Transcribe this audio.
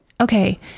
okay